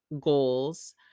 goals